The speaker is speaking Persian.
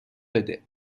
بده